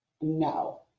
No